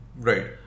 Right